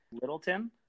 Littleton